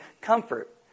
comfort